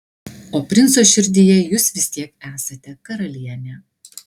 o princo širdyje jūs vis tiek esate karalienė